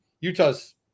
Utah's